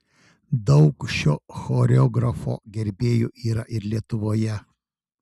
daug šio choreografo gerbėjų yra ir lietuvoje